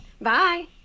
Bye